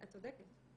את צודקת.